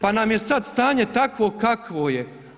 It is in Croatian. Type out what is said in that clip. Pa nam je sad stanje takvo kakovo je.